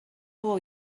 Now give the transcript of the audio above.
por